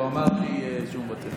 מוטלת